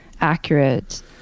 accurate